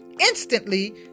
instantly